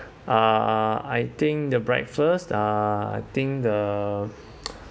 uh I think the breakfast uh I think the